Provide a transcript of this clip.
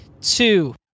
two